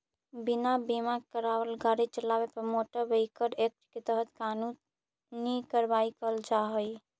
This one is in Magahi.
बिना बीमा करावाल गाड़ी चलावे पर मोटर व्हीकल एक्ट के तहत कानूनी कार्रवाई करल जा हई